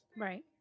Right